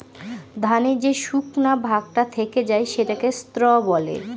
ধানের যে শুকনা ভাগটা থেকে যায় সেটাকে স্ত্র বলে